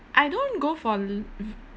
I don't go for l~ v~